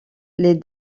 les